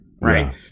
Right